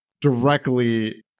directly